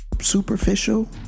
Superficial